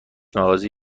مغازه